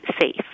safe